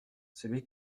celui